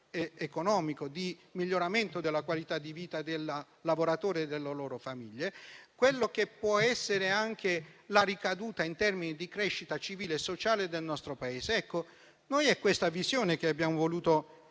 economico e di miglioramento della qualità di vita del lavoratore e delle loro famiglie, e la ricaduta in termini di crescita civile e sociale del nostro Paese. Ecco, questa è la visione che noi abbiamo voluto